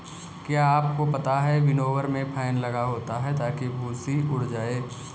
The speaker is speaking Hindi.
क्या आपको पता है विनोवर में फैन लगा होता है ताकि भूंसी उड़ जाए?